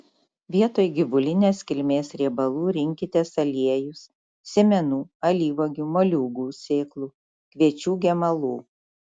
vietoj gyvulinės kilmės riebalų rinkitės aliejus sėmenų alyvuogių moliūgų sėklų kviečių gemalų